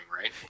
right